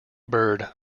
bird